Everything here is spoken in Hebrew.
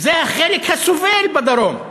זה החלק הסובל בדרום.